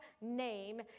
name